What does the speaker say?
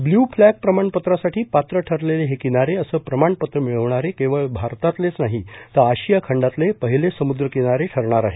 blue flag प्रमाणपत्रासाठी पात्र ठरलेले हे किनारे असं प्रमाणपत्र मिळवणारे केवळ भारतातलेच नाही तर आशिया खंडातले पहिले समुद्र किनारे ठरणार आहेत